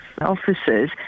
officers